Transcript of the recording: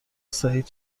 سعید